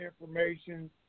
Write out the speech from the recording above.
information